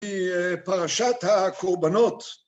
‫בפרשת הקורבנות.